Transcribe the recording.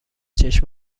چشم